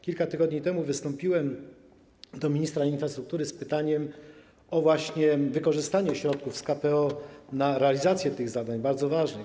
Kilka tygodni temu wystąpiłem do ministra infrastruktury z pytaniem właśnie wykorzystanie środków z KPO na realizację tych bardzo ważnych zadań.